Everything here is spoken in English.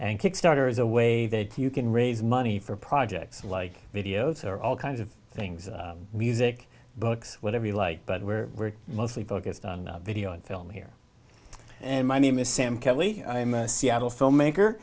and kickstarter is a way that you can raise money for projects like videos or all kinds of things music books whatever you like but we're mostly focused on video and film here and my name is sam kelly i'm a seattle filmmaker